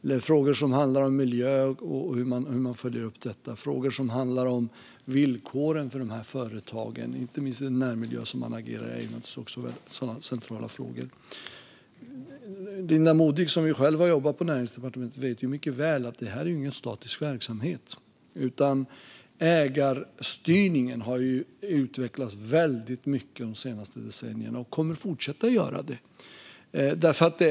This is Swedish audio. Det handlar också om frågor om miljö och hur de följs upp. Frågor om villkoren för dessa företag, inte minst när det gäller den närmiljö där de verkar, är naturligtvis också centrala frågor. Linda Modig som själv har jobbat på Näringsdepartementet vet mycket väl att detta inte är någon statisk verksamhet. Ägarstyrningen har utvecklats väldigt mycket de senaste decennierna och kommer att fortsätta göra det.